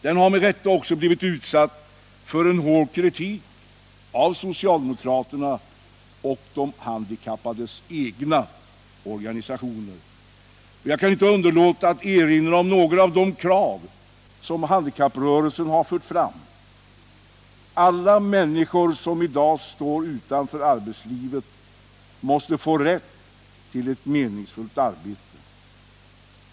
Den har med rätta också blivit utsatt för hård kritik av socialdemokraterna och de handikappades egna organisationer. Jag kan inte underlåta att erinra om några av de krav som handikapprörelsen har fört fram. Ett av dem är att alla människor som i dag står utanför arbetslivet måste få rätt till ett meningsfullt arbete.